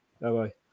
Bye-bye